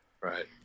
Right